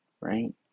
right